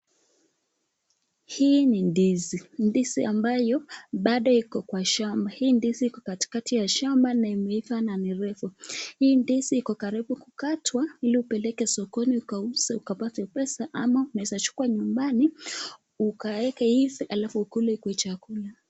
Hii ni ndizi, ndizi ambayo bado iko kwa shamba, hii ndizi iko katikati ya shamba na imeiva na ni refu, hii ndizi iko karibu kukatwa, ili ipelekwe sokoni ukauzwa ukapate pesa ama unaweza chukua nyumbani ukaweke iive alafu ukakule kwa chakula.